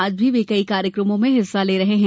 आज भी वे कई कार्यक्रमों में हिस्सा ले रहे हैं